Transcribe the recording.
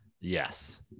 Yes